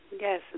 Yes